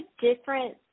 different